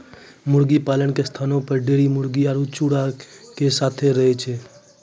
मुर्गीपालन के स्थानो पर ढेरी मुर्गी आरु चूजा एक साथै रहै छै